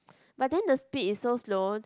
but then the speed is so slow